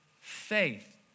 faith